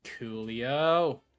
coolio